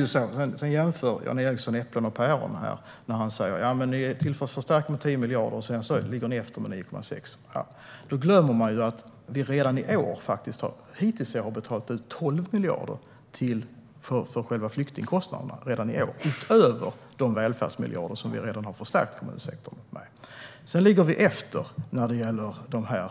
Jan Ericson jämför äpplen och päron när han säger att vi tillför 10 miljarder och ligger efter med 9,6 miljarder. Då glömmer han att vi redan hittills i år har betalat ut 12 miljarder för själva flyktingkostnaderna, utöver de välfärdsmiljarder som vi redan har förstärkt kommunsektorn med. Vi ligger dock efter när det gäller dessa